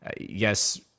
Yes